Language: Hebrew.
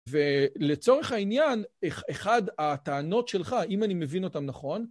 ולצורך העניין, אחד הטענות שלך, אם אני מבין אותם נכון,